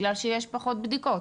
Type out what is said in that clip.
בגלל שיש פחות בדיקות,